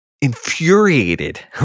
infuriated